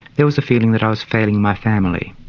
it was the feeling that i was failing my family,